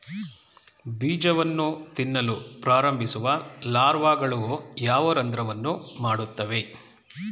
ಬೀಜವನ್ನು ತಿನ್ನಲು ಪ್ರಾರಂಭಿಸುವ ಲಾರ್ವಾಗಳು ಯಾವ ರಂಧ್ರವನ್ನು ಮಾಡುತ್ತವೆ?